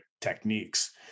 techniques